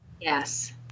Yes